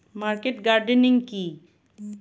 Market gardening কি?